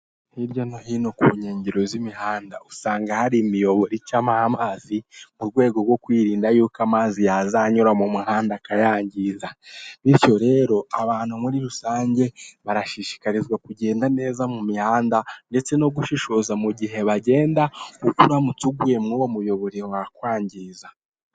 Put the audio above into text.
Hirya ni hino ku nyengero z'imihanda usanga hari imiyoboro icamo amazi mu rwego rwo kwirinda yuko amazi yazanyura mu muhanda akayangiza. Bityo rero abantu muri rusange barashishikarizwa kugenda neza mu mihanda ndetse no gushishoza mu gihe bagenda kuko uramutse uguye mwuwo muyoboro wakwangiza.